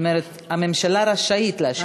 זאת אומרת, הממשלה רשאית להשיב.